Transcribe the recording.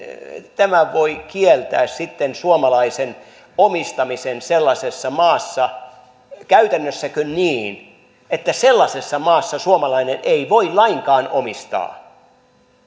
tämä voi kieltää sitten suomalaisen omistamisen sellaisessa maassa käytännössäkö niin että sellaisessa maassa suomalainen ei voi lainkaan omistaa